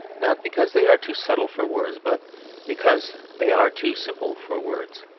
not because they are too subtle for words, but because they are too simple for words.